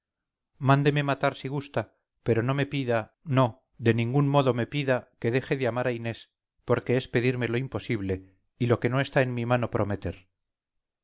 mándeme matar si gusta pero no me pida no de ningún modo me pida que deje de amar a inés porque es pedirme lo imposible y lo que no está en mi mano prometer